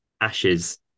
Ashes